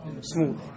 smooth